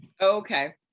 Okay